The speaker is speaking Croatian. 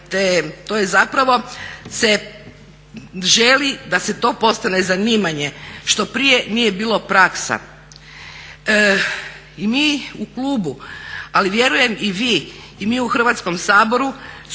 to se zapravo želi da to postane zanimanje što prije nije bilo praksa. I mi u klubu, ali vjerujem i vi i mi u Hrvatskom saboru skupa